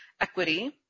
equity